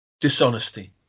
Dishonesty